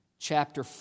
chapter